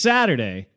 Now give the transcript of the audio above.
Saturday